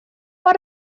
what